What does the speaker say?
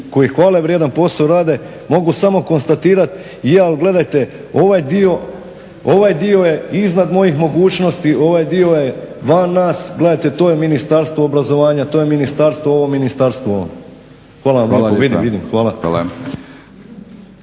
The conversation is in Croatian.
koji hvalevrijedan posao rade, mogu samo konstatirati je ali gledajte ovaj dio je iznad mojih mogućnosti, ovaj dio je van nas, gledajte to je Ministarstvo obrazovanja, to je ministarstvo ovo, ministarstvo ono. Hvala vam lijepa.